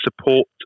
support